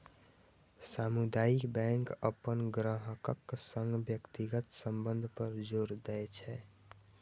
सामुदायिक बैंक अपन ग्राहकक संग व्यक्तिगत संबंध पर जोर दै छै